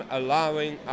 allowing